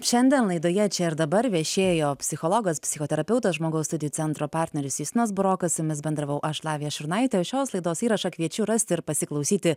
šiandien laidoje čia ir dabar viešėjo psichologas psichoterapeutas žmogaus studijų centro partneris justinas burokas su jumis bendravau aš lavija šurnaitė o šios laidos įrašą kviečiu rasti ir pasiklausyti